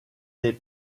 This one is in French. les